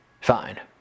Fine